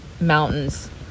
mountains